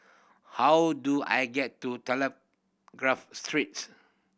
how do I get to Telegraph Street